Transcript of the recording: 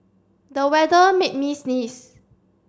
the weather made me sneeze